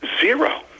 zero